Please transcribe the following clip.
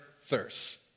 thirst